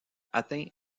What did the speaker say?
atteint